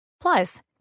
Plus